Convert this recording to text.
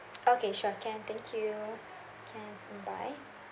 okay sure can thank you can mm bye